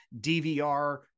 DVR